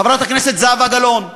חברת הכנסת זהבה גלאון,